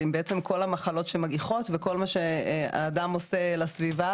ובעצם עם כל המחלות שמגיחות וכל מה שהאדם עושה לסביבה